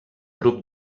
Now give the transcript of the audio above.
grup